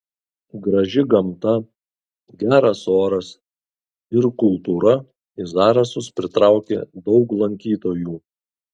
graži gamta geras oras ir kultūra į zarasus pritraukė daug lankytojų